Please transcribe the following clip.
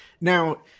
now